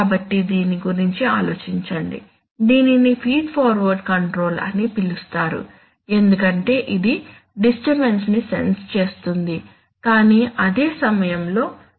కాబట్టి దీని గురించి ఆలోచించండి దీనిని ఫీడ్ ఫార్వర్డ్ కంట్రోల్ అని పిలుస్తారు ఎందుకంటే ఇది డిస్టర్బన్స్ ని సెన్స్ చేస్తుంది కానీ అదే సమయంలో ఫీడ్బ్యాక్ లూప్ కూడా ఉంది